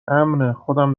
امنهخودم